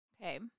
Okay